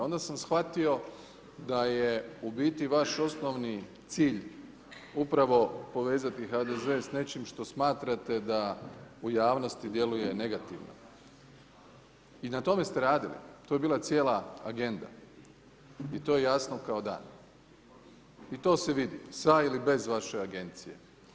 Onda sam shvatio da je u biti vaš osnovni cilj upravo povezati HDZ s nečim što smatrate da u javnosti djeluje negativno i na tome ste radili, to je bila cijela agenda i to je jasno kao dan i to se vidi sa ili bez vaše agencije.